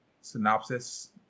synopsis